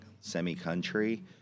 semi-country